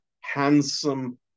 handsome